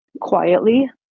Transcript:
Quietly